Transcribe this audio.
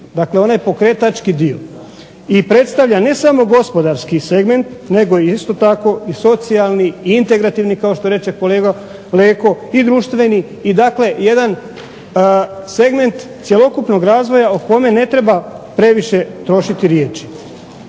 Dakle onaj pokretački dio. I predstavlja ne samo gospodarski segment nego isto tako i socijalni i integrativni kao što reče kolega Leko i društveni. I dakle jedan segment cjelokupnog razvoja o kome ne treba previše trošiti riječi.